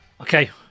okay